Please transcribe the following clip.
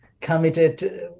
committed